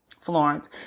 Florence